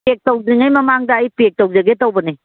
ꯄꯦꯛ ꯇꯧꯗ꯭ꯔꯤꯉꯩ ꯃꯃꯥꯡꯗ ꯑꯩ ꯄꯦꯛ ꯇꯧꯖꯒꯦ ꯇꯧꯕꯅꯦ